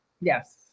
yes